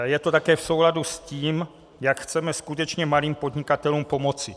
Je to také v souladu s tím, jak chceme skutečně malým podnikatelům pomoci.